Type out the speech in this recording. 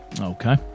Okay